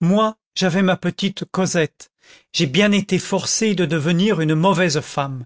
moi j'avais ma petite cosette j'ai bien été forcée de devenir une mauvaise femme